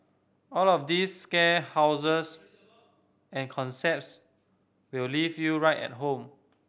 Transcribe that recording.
all of these scare houses and concepts will leave you right at home